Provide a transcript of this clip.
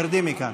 תרדי מכאן.